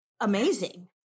amazing